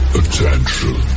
attention